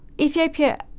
Ethiopia